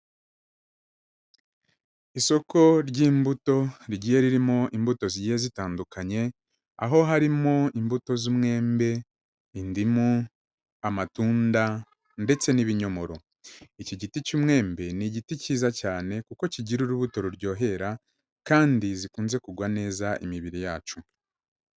Isoko ry'imbuto rigiye ririmo imbuto zigiye zitandukanye, aho harimo imbuto z'umwembe, indimu, amatunda ndetse n'ibinyomoro, iki giti cy'umwembe ni igiti cyiza cyane kuko kigira urubuto ruryohera kandi zikunze kugwa neza imibiri yacu